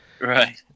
right